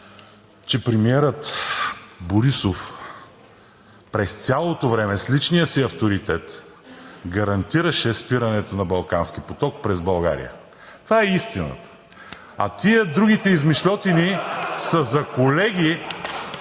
че премиерът Борисов през цялото време с личния си авторитет гарантираше спирането на „Балкански поток“ през България. Това е истината! (Смях от ИБГНИ.) А тези другите измишльотини са за колеги,